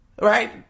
Right